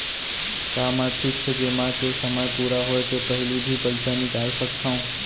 का मैं फिक्स जेमा के समय पूरा होय के पहिली भी पइसा निकाल सकथव?